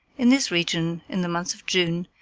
in this region, in the month of june,